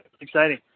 exciting